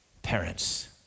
Parents